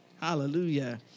Hallelujah